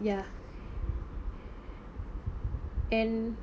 ya and